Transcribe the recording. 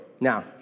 Now